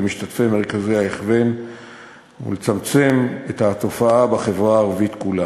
משתתפי מרכזי ההכוון ולצמצם את התופעה בחברה הערבית כולה.